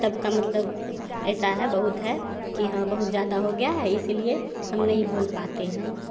तब का मतलब ऐसा है बहुत है कि हाँ बहुत ज़्यादा हो गया है इसी लिए हम नहीं बोल पाते हैं